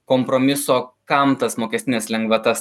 kompromiso kam tas mokestines lengvatas